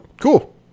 Cool